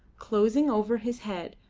closing over his head,